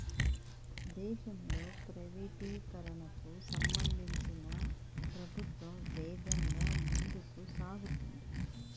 దేశంలో ప్రైవేటీకరణకు సంబంధించి ప్రభుత్వం వేగంగా ముందుకు సాగుతోంది